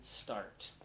start